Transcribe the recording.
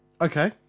Okay